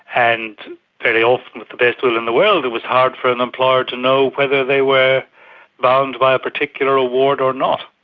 and very often, with the best will in the world, it was hard for an employer to know whether they were bound by a particular award or not.